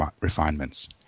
refinements